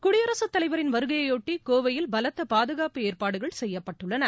குடியரசுத்தலைவரின் வருகையையொட்டி கோவையில் பலத்த பாதுகாப்பு ஏற்பாடுகள் செய்யப்பட்டுள்ளன